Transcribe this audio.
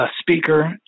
speaker